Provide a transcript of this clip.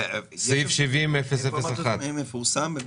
סעיף 70-001. איפה אמרת שזה מפורסם?